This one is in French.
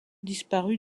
disparu